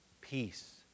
peace